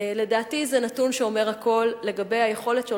לדעתי זה נתון שאומר הכול לגבי היכולת של